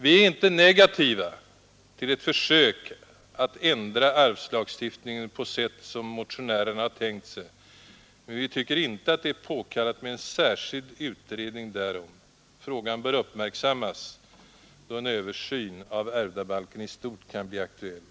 Vi är inte negativa till ett försök att ändra arvslagstiftningen på sätt som motionärerna har tänkt sig, men vi tycker inte att det är påkallat med en särskild utredning därom. Frågan bör uppmärksammas då en översyn av ärvdabalken i stort kan bli aktuell.